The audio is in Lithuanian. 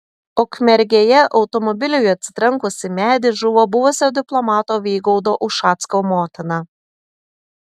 ukmergėje automobiliui atsitrenkus į medį žuvo buvusio diplomato vygaudo ušacko motina